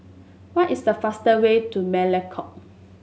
what is the fastest way to Melekeok